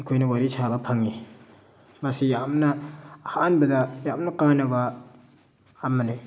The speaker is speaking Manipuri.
ꯑꯩꯈꯣꯏꯅ ꯋꯥꯔꯤ ꯁꯥꯕ ꯐꯪꯉꯤ ꯃꯁꯤ ꯌꯥꯝꯅ ꯑꯍꯥꯟꯕꯗ ꯌꯥꯝꯅ ꯀꯥꯅꯕ ꯑꯃꯅꯤ